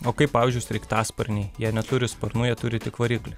o kaip pavyzdžiui sraigtasparniai jie neturi sparnų jie turi tik variklį